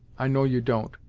i know you don't,